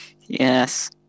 Yes